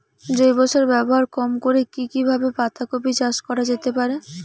জৈব সার ব্যবহার কম করে কি কিভাবে পাতা কপি চাষ করা যেতে পারে?